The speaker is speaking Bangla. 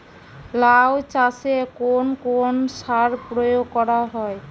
লাউ চাষে কোন কোন সার প্রয়োগ করা হয়?